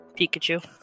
Pikachu